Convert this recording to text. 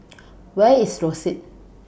Where IS Rosyth